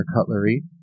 Cutlery